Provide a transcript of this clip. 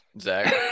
Zach